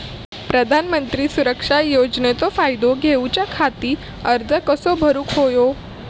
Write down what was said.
प्रधानमंत्री सुरक्षा योजनेचो फायदो घेऊच्या खाती अर्ज कसो भरुक होयो?